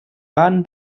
baden